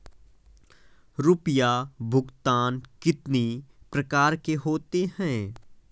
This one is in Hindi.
रुपया भुगतान कितनी प्रकार के होते हैं?